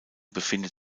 befindet